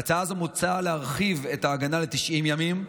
בהצעה זו מוצע להרחיב את ההגנה ל-90 ימים,